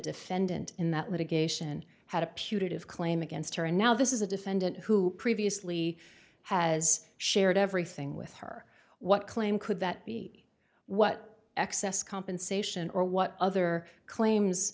defendant in that litigation had a punitive claim against her and now this is a defendant who previously has shared everything with her what claim could that be what excess compensation or what other claims